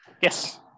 yes